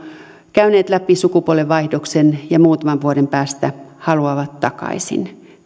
käyneet läpi sukupuolenvaihdoksen ja muutaman vuoden päästä haluavat takaisin